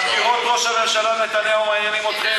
חקירות ראש הממשלה נתניהו מעניינות אתכם,